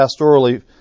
pastorally